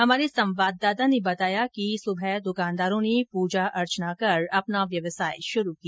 हमारे संवाददाता ने बताया कि सुबह दुकानदारों ने पूजा अर्चना कर अपना व्यवसाय शुरू किया